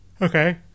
okay